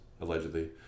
allegedly